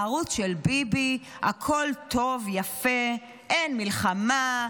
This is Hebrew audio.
בערוץ של ביבי הכול טוב, יפה, אין מלחמה,